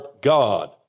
God